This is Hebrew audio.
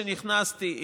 כשנכנסתי,